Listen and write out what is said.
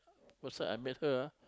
first time I met her ah